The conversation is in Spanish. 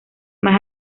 más